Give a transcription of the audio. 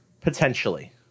Potentially